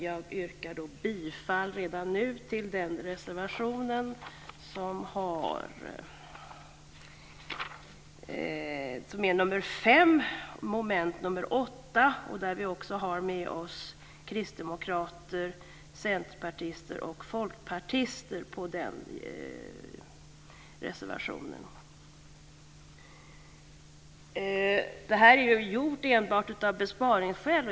Jag yrkar bifall till reservation nr 5 under mom. 8. Vi har också med oss kristdemokrater, centerpartister och folkpartister i den reservationen. Detta görs enbart av besparingsskäl.